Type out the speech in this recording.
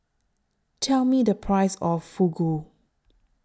Tell Me The Price of Fugu